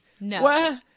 No